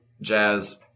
jazz